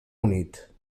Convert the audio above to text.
unit